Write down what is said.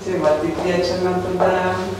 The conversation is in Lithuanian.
tai va tai kviečiame tada